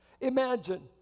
Imagine